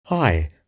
Hi